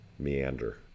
meander